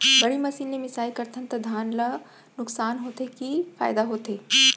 बड़ी मशीन ले मिसाई करथन त धान ल नुकसान होथे की फायदा होथे?